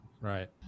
Right